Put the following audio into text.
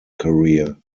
career